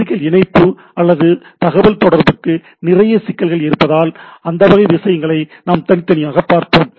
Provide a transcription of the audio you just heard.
physical இணைப்பு அல்லது தகவல்தொடர்புக்கு நிறைய சிக்கல்கள் இருப்பதால் அந்த வகை விஷயங்களை நாம் தனித்தனியாக பார்ப்போம்